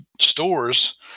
stores